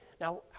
now